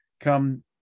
come